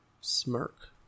smirk